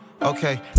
Okay